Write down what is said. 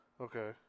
Okay